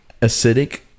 acidic